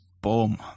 boom